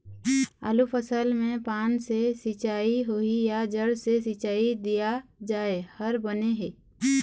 आलू फसल मे पान से सिचाई होही या जड़ से सिचाई दिया जाय हर बने हे?